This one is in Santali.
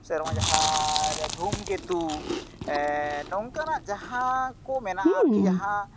ᱥᱮ ᱦᱚᱸᱜᱼᱚᱭ ᱡᱟᱦᱟᱸ ᱨᱮ ᱫᱷᱩᱢᱠᱮᱛᱩ ᱱᱚᱝᱠᱟᱱᱟᱜ ᱡᱟᱦᱟᱸ ᱠᱚ ᱢᱮᱱᱟᱜᱼᱟ ᱟᱨᱠᱤ ᱡᱟᱦᱟᱸ